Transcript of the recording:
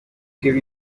give